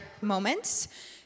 moments—